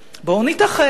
בואו נתאחד.